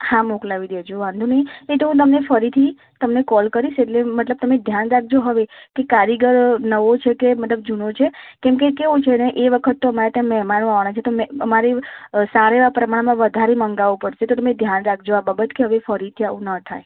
હા મોકલાવી દેજો વાંધો નહીં એ તો હું તમને ફરીથી તમને કૉલ કરીશ એટલે મતલબ તમે ધ્યાન રાખજો હવે કે કારીગર નવો છે કે મતલબ જૂનો છે કેમ કે કેવું છે ને એ વખત તો અમારે ત્યાં મહેમાનો આવવાના છે તો મેં મારે સારા એવાં પ્રમાણમાં વધારે મગાવવું પડશે તો તમે ધ્યાન રાખજો આ બાબત કે હવે ફરીથી આવું ન થાય